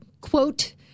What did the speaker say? quote